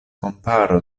komparo